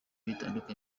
bitandukanye